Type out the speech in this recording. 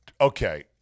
Okay